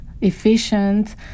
efficient